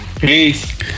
Peace